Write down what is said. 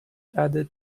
added